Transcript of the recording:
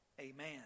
Amen